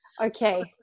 Okay